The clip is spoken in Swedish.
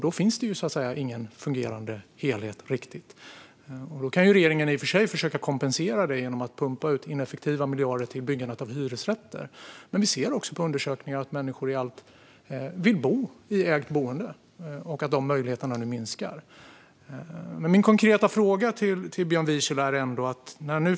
Då finns det inte riktigt någon fungerande helhet. Regeringen kan i och för sig försöka kompensera detta genom att pumpa ut ineffektiva miljarder till byggandet av hyresrätter. Men vi ser också i undersökningar att många människor vill bo i ett ägt boende och att dessa möjligheter nu minskar. Jag har en konkret fråga till Björn Wiechel.